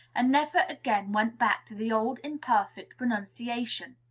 and never again went back to the old, imperfect pronunciation.